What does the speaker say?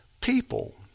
people